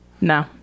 No